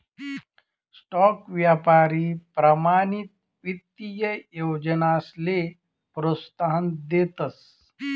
stock यापारी प्रमाणित ईत्तीय योजनासले प्रोत्साहन देतस